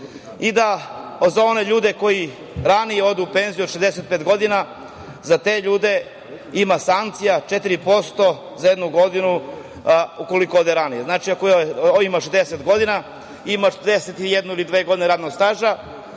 i da za one ljude koji ranije odu u penziju od 65 godina za te ljude ima sankcija 4% za jednu godinu ukoliko ode ranije. Znači, ako je imao 60 godina ima 40 ili 41 godinu radnog staža,